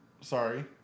Sorry